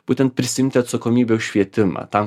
būtent prisiimti atsakomybę už švietimą tam